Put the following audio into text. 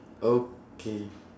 okay